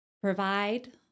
provide